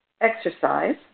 exercise